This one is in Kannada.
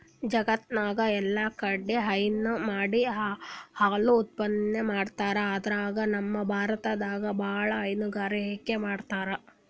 ಜಗತ್ತ್ನಾಗ್ ಎಲ್ಲಾಕಡಿ ಹೈನಾ ಮಾಡಿ ಹಾಲ್ ಉತ್ಪಾದನೆ ಮಾಡ್ತರ್ ಅದ್ರಾಗ್ ನಮ್ ಭಾರತದಾಗ್ ಭಾಳ್ ಹೈನುಗಾರಿಕೆ ಮಾಡ್ತರ್